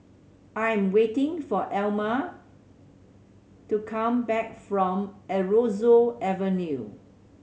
I am waiting for Elam to come back from Aroozoo Avenue